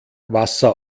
wasser